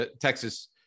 Texas